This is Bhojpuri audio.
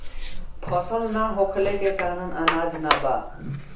फसल ना होखले के कारण अनाज ना बा